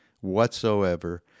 whatsoever